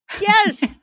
Yes